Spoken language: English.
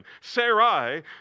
Sarai